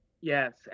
Yes